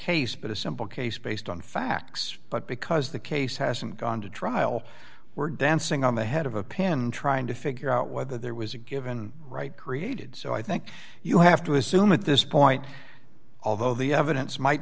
case but a simple case based on facts but because the case hasn't gone to trial we're dancing on the head of a pin trying to figure out whether there was a given right created so i think you have to assume at this point although the evidence might